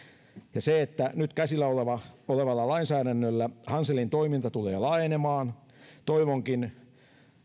ja se että nyt käsillä olevalla lainsäädännöllä hanselin toiminta tulee laajenemaan